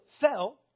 fell